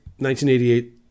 1988